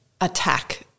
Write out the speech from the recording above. attack